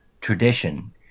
tradition